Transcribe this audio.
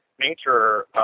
nature